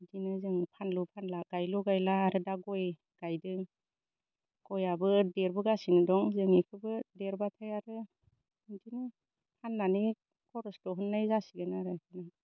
बिदिनो जों फानलु फानला गायलु गायला आरो दा गय गायदों गयआबो देरबोगासिनो दं जों इखोबो देरब्लाथाय आरो इदिनो फाननानै खरस बहननाय जासिगोन आरो इदिनो